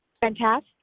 Fantastic